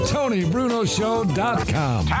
TonyBrunoShow.com